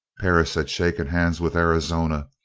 perris had shaken hands with arizona,